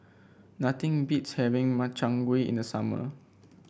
nothing beats having Makchang Gui in the summer